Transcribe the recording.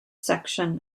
section